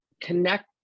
connect